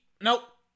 Nope